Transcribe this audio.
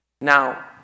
Now